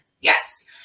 Yes